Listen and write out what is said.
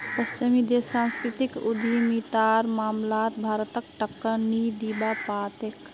पश्चिमी देश सांस्कृतिक उद्यमितार मामलात भारतक टक्कर नी दीबा पा तेक